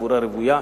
קבורה רוויה,